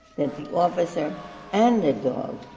that the officer and the dog